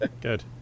Good